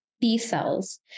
B-cells